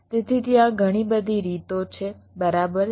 તેથી ત્યાં ઘણી બધી રીતો છે બરાબર